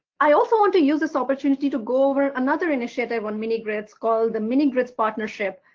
i also want to use this opportunity to go over another initiative on mini-grids called the mini-grids partnership.